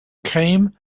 came